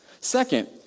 Second